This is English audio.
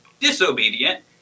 disobedient